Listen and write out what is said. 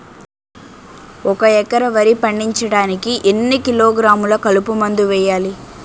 ఒక ఎకర వరి పండించటానికి ఎన్ని కిలోగ్రాములు కలుపు మందు వేయాలి?